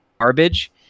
garbage